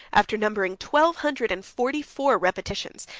after numbering twelve hundred and forty-four repetitions,